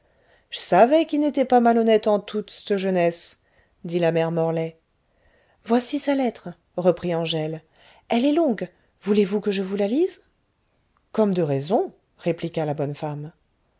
j'savais qu'i n'était pas malhonnête en toute c'te jeunesse dit la mère morlaix voici sa lettre reprit angèle elle est longue voulez-vous que je vous la lise comme de raison répliqua la bonne femme